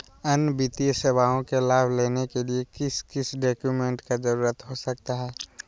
अन्य वित्तीय सेवाओं के लाभ लेने के लिए किस किस डॉक्यूमेंट का जरूरत हो सकता है?